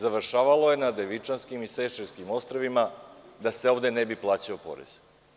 Završavalo je na Devičanskim i Sejšelskim ostrvima da se ovde ne bi plaćao porez.